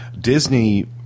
Disney